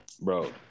bro